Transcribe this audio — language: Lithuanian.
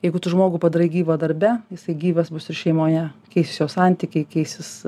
jeigu tu žmogų padarai gyvą darbe jisai gyvas būs ir šeimoje keisis jo santykiai keisis